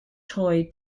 toy